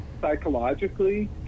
psychologically